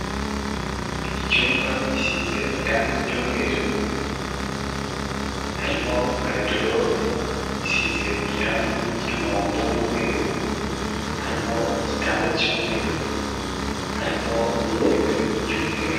Icyumba gisize irangi ry'umweru, harimo garide robe isize irangi ry'umuhondo n'umweru, harimo igitanda cy'umweru, harimo n'intebe y'umweru.